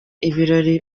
ibirori